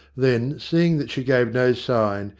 then, seeing that she gave no sign,